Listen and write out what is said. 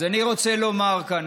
אז אני רוצה לומר כאן,